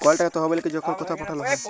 call টাকার তহবিলকে যখল কথাও পাঠাল হ্যয়